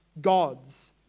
gods